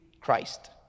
Christ